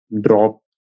drop